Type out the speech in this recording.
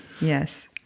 Yes